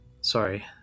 Sorry